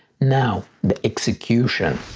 now the execution.